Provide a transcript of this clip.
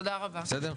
תודה רבה.